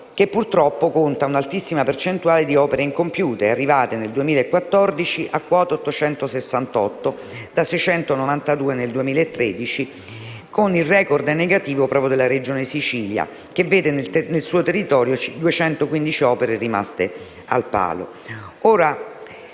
che, purtroppo, conta una altissima percentuale di opere incompiute, arrivate nel 2014 a quota 868, da 692 nel 2013, con il *record* negativo proprio della Regione Siciliana, che vede sul territorio ben 215 opere rimaste al palo.